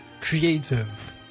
creative